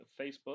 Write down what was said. Facebook